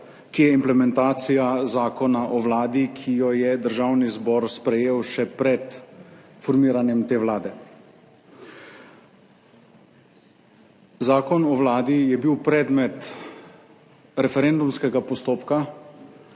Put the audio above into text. ki je implementacija Zakona o Vladi, ki jo je Državni zbor sprejel še pred formiranjem te Vlade. Zakon o Vladi je bil predmet referendumskega postopka,